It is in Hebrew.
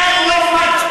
אין לו מצפון,